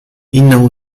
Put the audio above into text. إنه